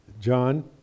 John